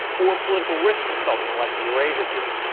or political risk consulting like the eurasia group,